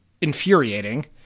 infuriating